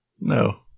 no